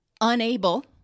unable